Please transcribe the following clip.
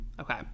Okay